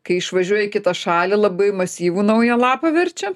kai išvažiuoja į kitą šalį labai masyvų naują lapą verčia